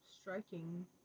striking